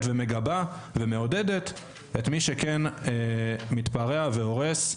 ומגבה ומעודדת את מי שכן מתפרץ והורס.